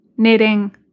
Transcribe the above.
Knitting